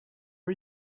are